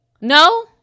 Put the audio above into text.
No